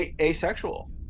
asexual